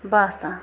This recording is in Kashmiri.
باسان